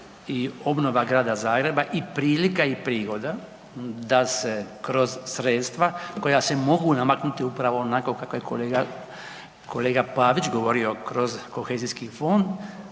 i obnova Grada Zagreba i prilika i prigoda da se kroz sredstva koja se mogu namaknuti upravo onako kako je kolega Pavić govorio kroz kohezijski fond